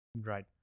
right